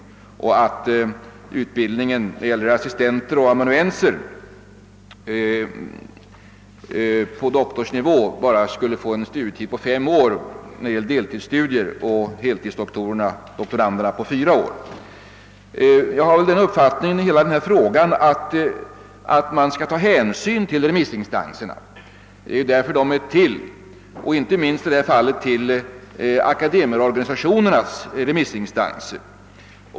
Vidare görs invändningar mot att utbildningen när det gäller assistenter och amanuenser på doktorsnivå bara skulle omfatta en studietid på fem år vid deltidsstudier och fyra år vid heltidsstudier. Enligt min uppfattning skall man i denna fråga ta hänsyn till remissinstanserna — det är ju därför de är till — och bland dessa i detta fall inte minst till akademikerorganisationerna.